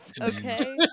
Okay